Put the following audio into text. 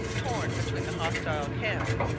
torn between the hostile camps,